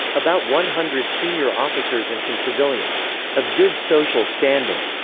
about one hundred senior officers and some civilians of good social standing,